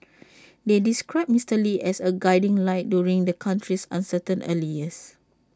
they described Mister lee as A guiding light during the country's uncertain early years